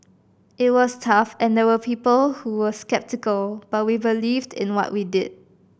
it was tough and there were people who were sceptical but we believed in what we did